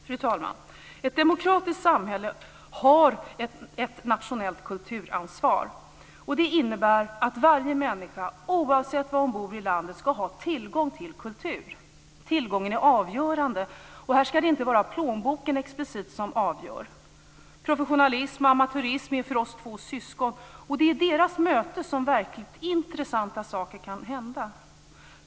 Fru talman! Ett demokratiskt samhälle har ett nationellt kulturansvar. Det innebär att varje människa, oavsett var hon bor i landet, ska ha tillgång till kultur. Tillgången är avgörande. Här ska det inte vara plånboken explicit som avgör. Professionalism och amatörism är för oss två syskon. Det är i deras möte som verkligt intressanta saker kan hända.